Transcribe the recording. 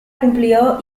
cumplió